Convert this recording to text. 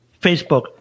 Facebook